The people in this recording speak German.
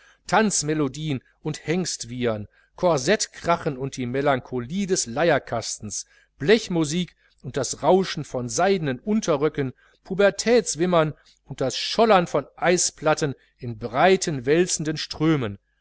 tanzmelodien und hengstwiehern corsettkrachen und die melancholie des leierkastens blechmusik und das rauschen von seidenen unterröcken pubertätswimmern und das schollern von eisplatten in breiten wälzenden strömen